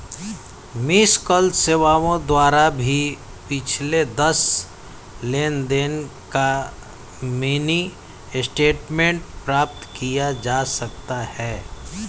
miss call सेवाओं द्वारा भी पिछले दस लेनदेन का मिनी स्टेटमेंट प्राप्त किया जा सकता है